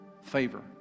Favor